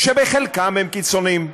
שבחלקם הם קיצונים,